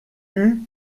eut